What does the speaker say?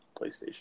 PlayStation